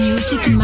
Music